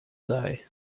die